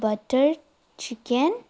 butter chicken